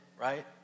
right